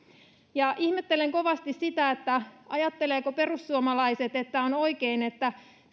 ihmettelen kovasti sitä ajattelevatko perussuomalaiset että on oikein että